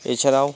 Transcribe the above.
এছাড়াও